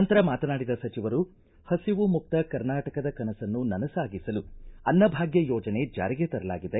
ನಂತರ ಮಾತನಾಡಿದ ಸಚಿವರು ಹಸಿವು ಮುಕ್ತ ಕರ್ನಾಟಕದ ಕನಸನ್ನು ನನಸಾಗಿಸಲು ಅನ್ನಭಾಗ್ಟ ಯೋಜನೆ ಜಾರಿಗೆ ತರಲಾಗಿದೆ